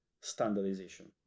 standardization